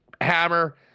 Hammer